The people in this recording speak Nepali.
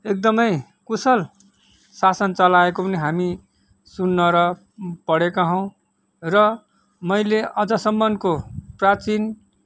एकदमै कुशल शासन चलाएको पनि हामी सुन्न र पढेका हौँ र मैले आजसम्मको प्राचीन